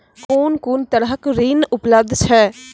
कून कून तरहक ऋण उपलब्ध छै?